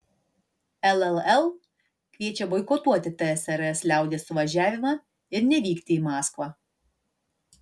lll kviečia boikotuoti tsrs liaudies suvažiavimą ir nevykti į maskvą